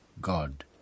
God